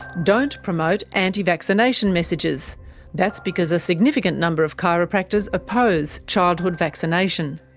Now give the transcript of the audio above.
don't promote anti-vaccination messages that's because a significant number of chiropractors oppose childhood vaccination.